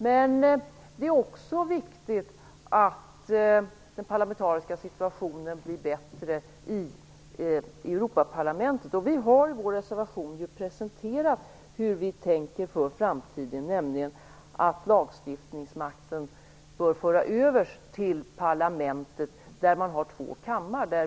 Men det är också viktigt att den parlamentariska situationen i Europaparlamentet blir bättre. Vi har i vår reservation presenterat våra tankar för framtiden, nämligen att lagstiftningsmakten bör föras över till parlamentet, där det skall finnas två kammare.